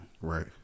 Right